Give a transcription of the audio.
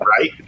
Right